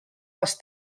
les